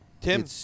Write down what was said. Tim